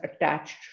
attached